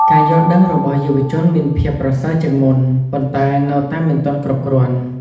ការយល់ដឹងរបស់យុវជនមានភាពប្រសើរជាងមុន ប៉ុន្តែនៅតែមិនទាន់គ្រប់គ្រាន់។